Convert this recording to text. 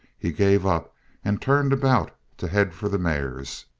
he gave up and turned about to head for the mares.